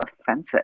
offensive